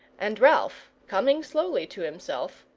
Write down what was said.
and ralph, coming slowly to himself,